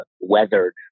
weathered